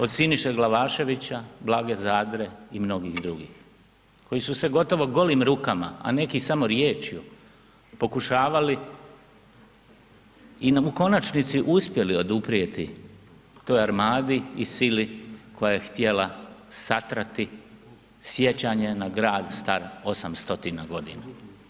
Od Siniše Glavaševića, Blage Zadre i mnogih drugih koji su se gotovo golim rukama, a neki samo riječju pokušavali i u konačnici uspjeli oduprijeti toj armadi i sili koja je htjela satrati sjećanje na grad star 800 godina.